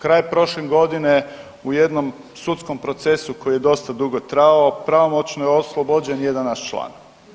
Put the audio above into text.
Kraj prošle godine, u jednom sudskom procesu koji je dosta dugo trajao, pravomoćno je oslobođen jedan naš član.